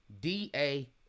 DA